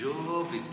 ג'ובים לחבר'ה.